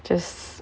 just